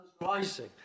rising